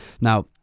Now